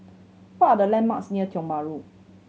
what are the landmarks near Tiong Bahru